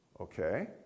Okay